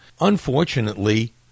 unfortunately